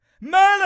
Merlin